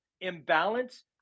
imbalance